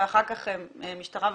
ואחר כך המשטרה והפרקליטות.